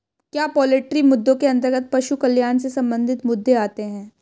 क्या पोल्ट्री मुद्दों के अंतर्गत पशु कल्याण से संबंधित मुद्दे आते हैं?